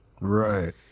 Right